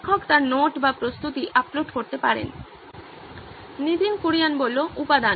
শিক্ষক তার নোট বা প্রস্তুতি আপলোড করতে পারেন নীতিন কুরিয়ান উপাদান